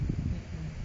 mmhmm